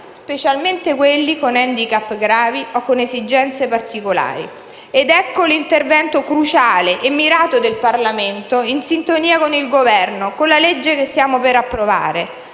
specialmente per quelli con handicap gravi o con esigenze particolari. Ed ecco l'intervento cruciale e mirato del Parlamento in sintonia con il Governo, con la legge che stiamo per approvare.